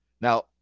now